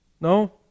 No